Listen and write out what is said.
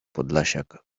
podlasiak